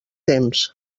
temps